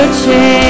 change